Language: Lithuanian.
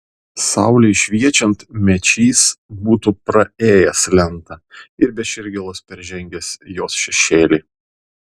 saulei šviečiant mečys būtų praėjęs lentą ir be širdgėlos peržengęs jos šešėlį